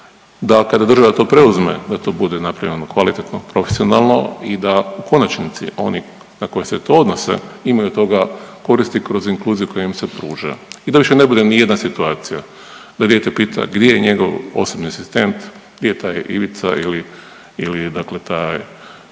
da kada država to preuzme da to bude napravljeno kvalitetno i profesionalno i da u konačnici oni na koje se to odnose imaju od toga koristi kroz inkluziju koja im se pruža i da više ne bude nijedna situacija da dijete pita gdje je njegov osobni asistent, gdje je taj Ivica ili, ili dakle taj,